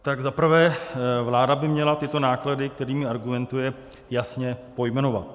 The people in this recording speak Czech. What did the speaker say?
Tak za prvé, vláda by měla tyto náklady, kterými argumentuje, jasně pojmenovat.